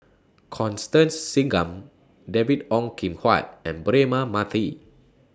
Constance Singam David Ong Kim Huat and Braema Mathi